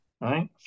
right